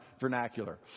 vernacular